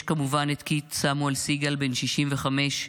יש כמובן את קית' סמואל סיגל, בן 65,